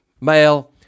male